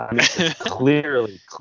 clearly